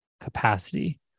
capacity